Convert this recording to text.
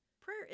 Prayer